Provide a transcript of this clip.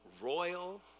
royal